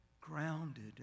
grounded